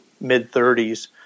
mid-30s